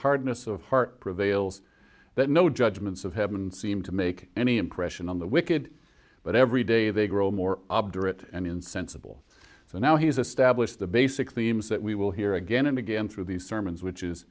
hardness of heart prevails that no judgments of heaven seem to make any impression on the wicked but every day they grow more obdurate and insensible so now he's established the basic themes that we will hear again and again through these sermons which is